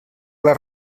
les